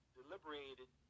deliberated